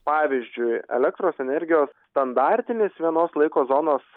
pavyzdžiui elektros energijos standartinis vienos laiko zonos